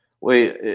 Wait